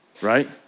Right